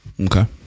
Okay